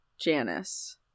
Janice